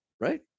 right